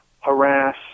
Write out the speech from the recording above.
harass